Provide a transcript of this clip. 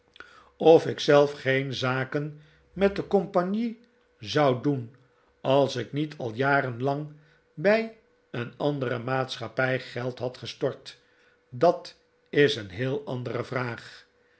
of ik zelf geen zaken met de compagnie zou doen als ik niet al jarenlang bij een andere maatschappij geld had gestort dat is een heel andere vraag